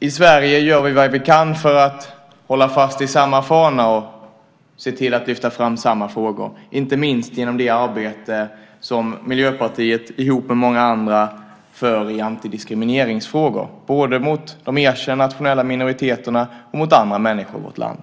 I Sverige gör vi vad vi kan för att hålla fast i samma fanor och se till att lyfta fram samma frågor, inte minst genom det arbete som Miljöpartiet ihop med många andra driver i antidiskrimineringsfrågor. Det gäller då både gentemot erkända nationella minoriteter och andra människor i vårt land.